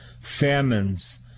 famines